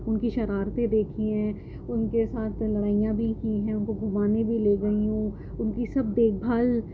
ان کی شرارتیں دیکھی ہیں ان کے ساتھ لڑائیاں بھی کی ہیں ان کو گھمانے بھی لے گئی ہوں ان کی سب دیکھ بھال